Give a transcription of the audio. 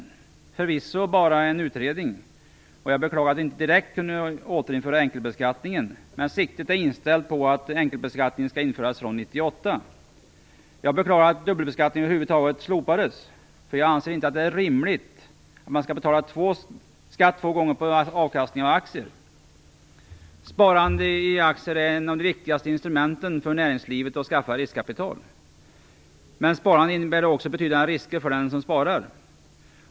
Det är förvisso bara en utredning, och jag beklagar att vi inte direkt kunde återinföra enkelbeskattningen. Men siktet är inställt på att enkelbeskattningen skall införas fr.o.m. 1998. Jag beklagar att dubbelbeskattningen över huvud taget slopades. Jag anser inte att det är rimligt att man skall betala skatt två gånger på avkastningen av aktier. Sparande i aktier är ett av viktigaste instrumenten för näringslivet att skaffa riskkapital. Men sparandet innebär också betydande risker för den som sparar.